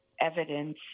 evidence